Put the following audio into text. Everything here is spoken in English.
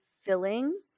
filling